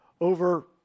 over